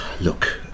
look